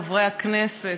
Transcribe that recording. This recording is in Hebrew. חברי הכנסת,